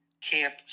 camp